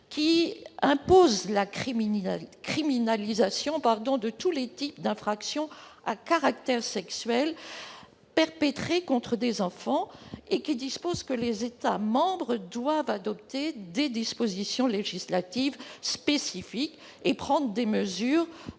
qui impose la criminalisation de tous les types d'infractions à caractère sexuel perpétrées contre des enfants et qui dispose que les États membres doivent adopter des dispositions législatives spécifiques et prendre des mesures